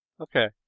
Okay